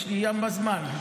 יש לי ימבה זמן.